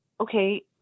okay